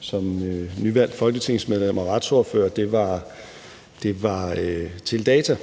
som nyvalgt folketingsmedlem og retsordfører stødte